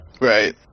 Right